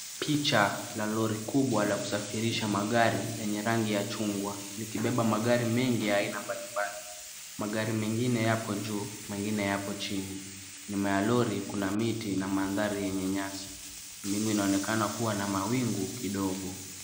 Picha la lori kubwa la kusafirisha magari lenye rangi ya chungwa likibeba magari mengi ya aina mbalimbali. Magari mengine yako juu mengine yako chini. Nyuma ya lori kuna miti na mandhari yenye nyasi. Mbingu inaonekana kuwa na mawingu kidogo.